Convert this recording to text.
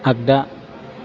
आगदा